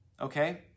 Okay